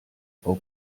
frau